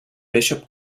bishop